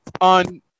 on